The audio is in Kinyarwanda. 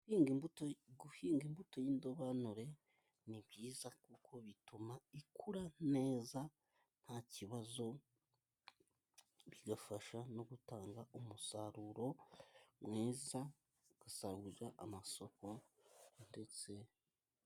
Guhinga imbuto y'indobanure ni byiza kuko bituma ikura neza nta kibazo. Bigafasha no gutanga umusaruro mwiza ugasagurira amasoko ndetse